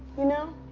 you know?